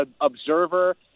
observer